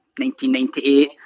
1998